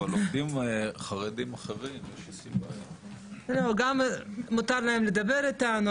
אבל עובדים חרדים אחרים --- גם מותר להם לדבר איתנו,